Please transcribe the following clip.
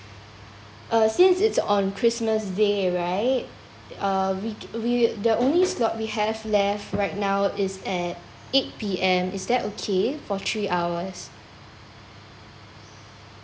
uh since it's on christmas day right uh week we the only slot we have left right now is at eight P_M is that okay for three hours